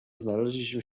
znaleźliśmy